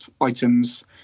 items